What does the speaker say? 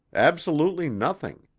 absolutely nothing.